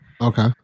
Okay